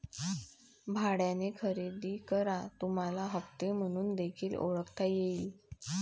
भाड्याने खरेदी करा तुम्हाला हप्ते म्हणून देखील ओळखता येईल